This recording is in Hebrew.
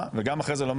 כל מקרה לגופו.